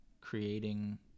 creating